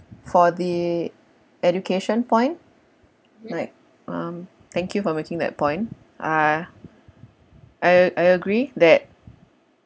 for the education point like um thank you for making that point ah I I agree that